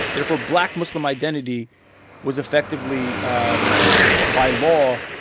therefore, black muslim identity was effectively, um by law,